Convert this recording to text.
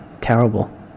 terrible